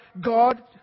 God